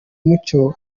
mucyo